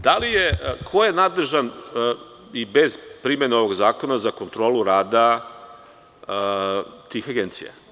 Da li je i ko je nadležan i bez primene ovog zakona za kontrolu rada tih agencija.